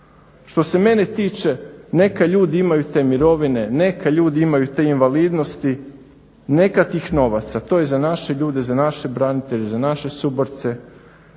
Što se mene tiče, neka ljudi imaju te mirovine, neka ljudi imaju te invalidnosti, neka tih novaca, to je za naše ljude, za naše branitelje, za naše suborce.